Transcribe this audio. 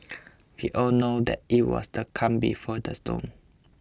we all knew that it was the calm before the storm